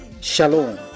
Shalom